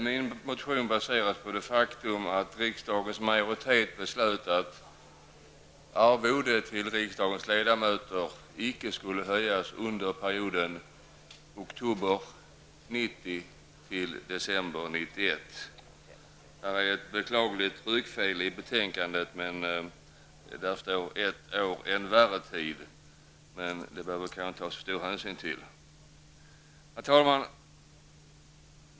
Min motion baseras på det faktum att riksdagens majoritet beslöt att arvodet till riksdagens ledamöter icke skulle höjas under perioden oktober 1990--december 1991. Det finns ett beklagligt tryckfel i betänkandet. Där står att arvodet skall vara oförändrat ett år längre än vad som beslutats -- men det behöver vi kanske inte ta så stor hänsyn till. Herr talman!